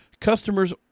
customers